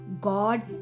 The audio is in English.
God